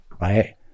right